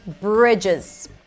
bridges